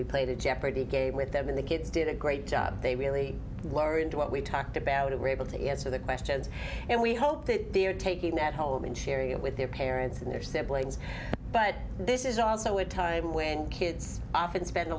we played a jeopardy game with them and the kids did a great job they really were into what we talked about it were able to answer the questions and we hope they are taking that home and sharing it with their parents and their siblings but this is also a time when kids often spend a